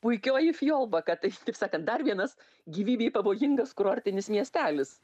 puikioji fjolbaka taip sakant dar vienas gyvybei pavojingas kurortinis miestelis